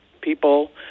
people